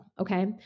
Okay